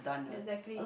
exactly